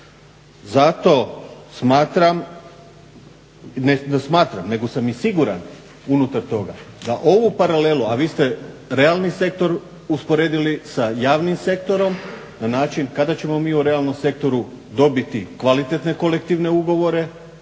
Zato smatram, ne smatram nego sam i siguran unutar toga da ovu paralelu, a vi ste realni sektor usporedili sa javnim sektorom na način kada ćemo mi u realnom sektoru dobiti kvalitetne kolektivne ugovore